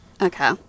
Okay